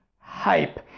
hype